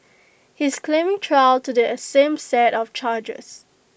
he is claiming trial to the same set of charges